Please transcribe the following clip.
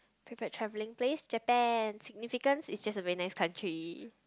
preferred traveling place Japan significance it's just a very nice country